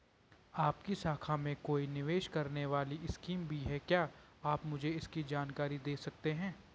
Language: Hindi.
आपकी शाखा में कोई निवेश करने वाली स्कीम भी है क्या आप मुझे इसकी जानकारी दें सकते हैं?